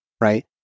right